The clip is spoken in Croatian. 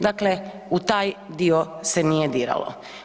Dakle, u taj dio se nije diralo.